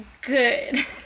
Good